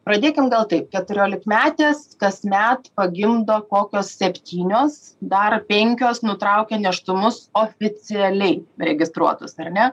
pradėkim gal taip keturiolikmetės kasmet pagimdo kokios septynios dar penkios nutraukia nėštumus oficialiai registruotus ar ne